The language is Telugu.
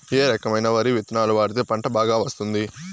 ఏ రకమైన వరి విత్తనాలు వాడితే పంట బాగా వస్తుంది?